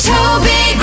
Toby